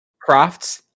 Croft's